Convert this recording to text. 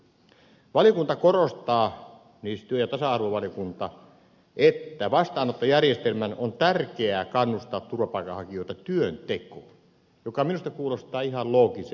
työ ja tasa arvovaliokunta korostaa että vastaanottojärjestelmän on tärkeää kannustaa turvapaikanhakijoita työntekoon mikä minusta kuulostaa ihan loogiseltakin